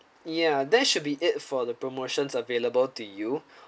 yeah there should be it for the promotions available to you